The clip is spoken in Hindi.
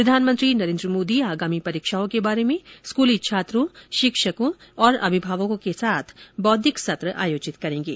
प्रधानमंत्री नरेंद्र मोदी आगामी परीक्षाओं के बारे में स्कूली छात्रों शिक्षकों और अभिभावकों के साथ बौद्धिक सत्र आयोजित करेंगे